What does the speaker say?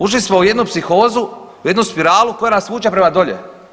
Ušli smo u jednu psihozu, u jednu spiralu koja nas vuče prema dolje.